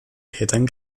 tätern